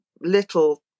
little